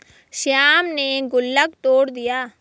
श्याम ने गुल्लक तोड़ दिया